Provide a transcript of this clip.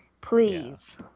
please